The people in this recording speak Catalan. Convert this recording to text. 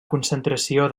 concentració